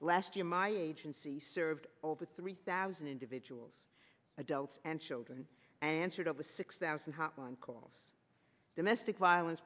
last year my agency served over three thousand individuals adults and children answered officer thousand and one calls domestic violence